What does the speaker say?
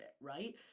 right